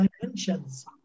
dimensions